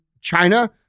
China